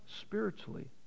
spiritually